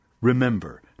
Remember